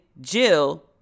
Jill